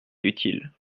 utile